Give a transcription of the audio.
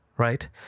right